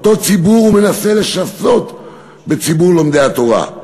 אותו ציבור הוא מנסה לשסות בציבור לומדי התורה.